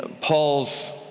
Paul's